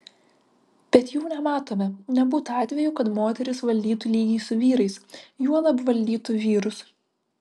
bet jų nematome nebūta atvejų kad moterys valdytų lygiai su vyrais juolab valdytų vyrus